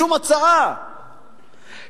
בשום הצעה,